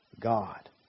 God